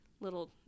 little